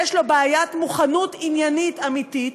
יש לו בעיית מוכנות עניינית אמיתית,